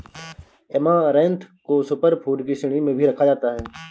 amaranth को super food की श्रेणी में भी रखा जाता है